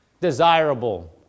desirable